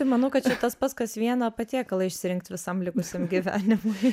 manau kad čia tas pats kas vieną patiekalą išsirinkt visam likusiam gyvenimui